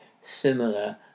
similar